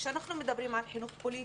כשאנחנו מדברים על חינוך פוליטי,